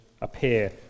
appear